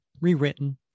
rewritten